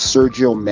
Sergio